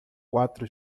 quatro